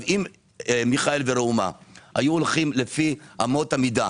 אם מיכאל וראומה היו הולכים לפי אמות המידה